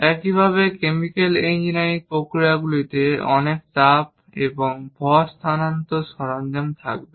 একইভাবে chemical engineering প্রক্রিয়াগুলিতে অনেক তাপ এবং ভর স্থানান্তর সরঞ্জাম থাকবে